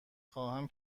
خواهم